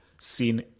seen